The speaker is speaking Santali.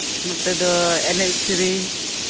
ᱱᱚᱛᱮ ᱫᱚ ᱮᱱᱮᱡ ᱥᱮᱨᱮᱧ